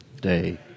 day